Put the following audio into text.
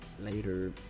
Later